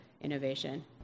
innovation